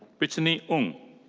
brittany ung.